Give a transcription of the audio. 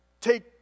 take